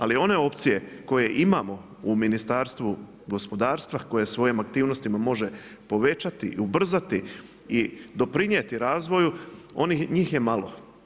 Ali, one opcije koje imamo u Ministarstvu gospodarstva, koje svojim aktivnostima, može povećati i ubrzati i doprijeti razvoju, njih je malo.